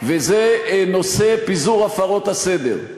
וזה נושא פיזור הפרות הסדר.